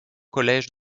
collège